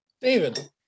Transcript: David